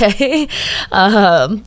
okay